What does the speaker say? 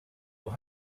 will